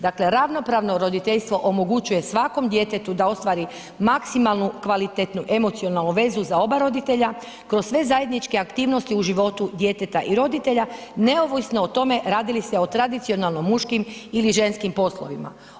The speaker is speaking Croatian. Dakle ravnopravno roditeljstvo omogućuje svakom djetetu da ostvari maksimalnu kvalitetnu emocionalnu vezu kroz oba roditelja kroz sve zajedničke aktivnosti u životu djeteta i roditelja neovisno o tome radi li se o tradicionalno muškim ili ženskim poslovima.